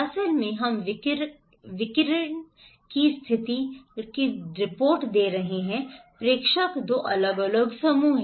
असल में हम विकिरण की स्थिति रिपोर्ट दे रहे हैं प्रेषक दो अलग अलग समूह हैं